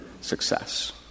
success